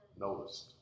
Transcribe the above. noticed